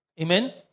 Amen